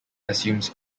assumes